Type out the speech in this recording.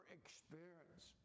experience